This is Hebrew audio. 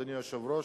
אדוני היושב-ראש,